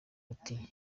buti